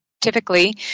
Typically